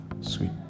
sweet